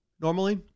normally